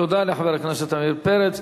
תודה לחבר הכנסת עמיר פרץ.